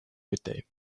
midday